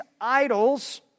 idols